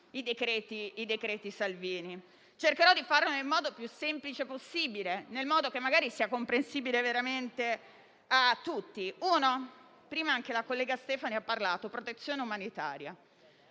decreti Salvini. Cercherò di farlo nel modo più semplice possibile, al fine che sia comprensibile veramente a tutti. Uno: anche la collega Stefani ha prima parlato di protezione umanitaria.